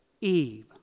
Eve